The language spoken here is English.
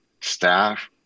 staff